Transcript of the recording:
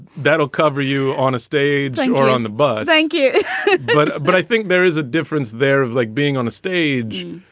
that'll cover you on a stage or on the bus. thank you but but i think there is a difference there. like being on a stage.